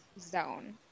zone